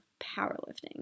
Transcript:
powerlifting